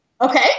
Okay